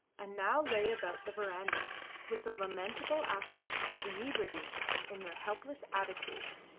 and now lay about the verandah with a lamentable aspect of inebriety in their helpless attitudes.